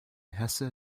hesse